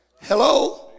hello